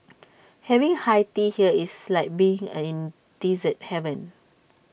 having high tea here is like being and in dessert heaven